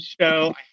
show